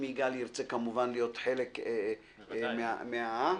כמובן אם יגאל פרסלר ירצה להיות חלק מן השולחן.